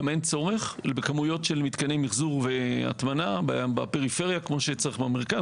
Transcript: גם אין צורך בכמויות של מתקני מחזור והטמנה בפריפריה כמו שצריך במרכז.